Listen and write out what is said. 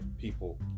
people